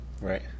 right